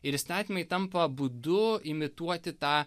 ir įstatymai tampa būdu imituoti tą